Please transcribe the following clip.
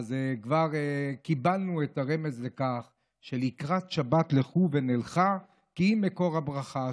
אז כבר קיבלנו את הרמז לכך: "לקראת שבת לכו ונלכה כי היא מקור הברכה".